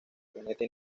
planeta